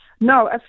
No